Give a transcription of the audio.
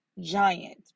giant